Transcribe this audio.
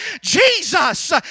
Jesus